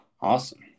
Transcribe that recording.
Awesome